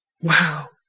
Wow